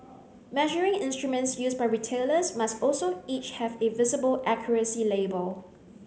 measuring instruments used by retailers must also each have a visible accuracy label